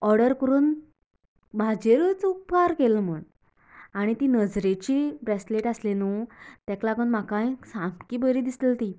order करून म्हाजेरूच उपकार केलो म्हणून आनी ती नजरेची ब्रेसलेट आसली नू तेका लागून म्हाकाय सामकी बरी दिसली ती